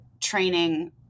training